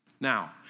Now